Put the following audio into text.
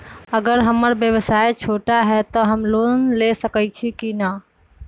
अगर हमर व्यवसाय छोटा है त हम लोन ले सकईछी की न?